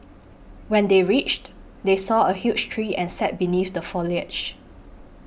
when they reached they saw a huge tree and sat beneath the foliage